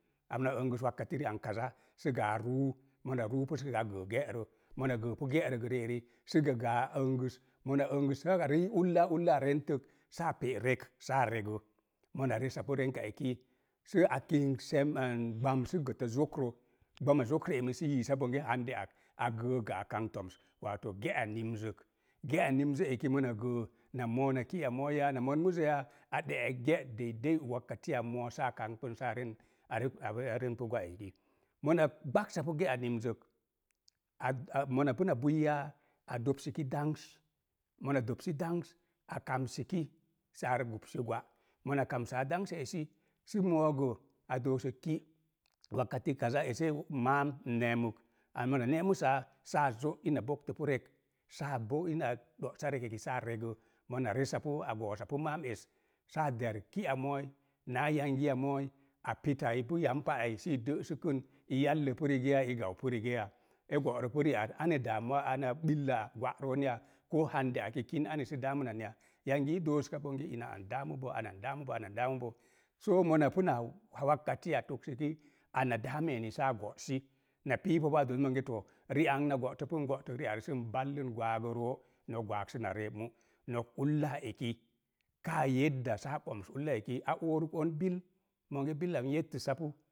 Mona eəngəs ri'ang sə gə a ruu, mona ruupu sə gə a ga̱a̱ ge'rə. Mona gəəpu ge'rə gə ri'eri, sə gəgə a eəngəs, mona eəngəs saa rii ulla ullaa rentək saa pe'rek saa regə, mona resapu rent, a eti sə a kink gbam sə gətə zokrə, gbama zokrə emi sə yiisa bonge a gəək gə a kangb tooms, wato ge'a nimzək. Ge'a nimzə eki mona gəə na moo na ki a moói yaa, na mon muzə yaa a ɗe'ek ge'deidei moosaa kangbən saa ren are arek arenpu gwa ezi. Mona gbaksapu ge'a nin zək, a a monapu na bui yaa, a dopsiki dangs, mona dopsi dangs akamsiki, saa re gubsi gwa. Mona kamsaa dangsa esi, sə moogə a doosək ki’ ese maam n neemək, mona neeməsaa, saa zo ina boktə pu rek, saa bo ina ɗo'sa reke ki saa regə. Mona resapu a goo sapu maam es, saa der ki'a mooi naa yangiya mooi a pitai pu yam pa ai sii dəsəkən, i pu rige ya, i gau pu rigeya. E go'rəpu ri'ang ane ane gwa'roon ya. Koo i kin ane sə daamənan ya, yangi i dooska bonge ina an soo mona pu na a toksəki ana eni saa go'si, na piipa bo a doosi monge too, ri'ang na go'təpu, n go'tək ri'ang sən ballən gwagəroo, nok gwaaz səna ree mu. Nok ullaa eki, kaa saa boms ullaa eki, a oorək on bil, monge, bil am n